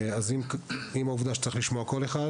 אז עם העובדה שצריך לשמוע כל אחד,